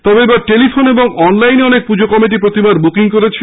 তবে এবার টেলিফোন ও অনলাইনে অনেক পুজো কমিটি প্রতিমার বুকিং করেছে